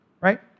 right